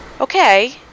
okay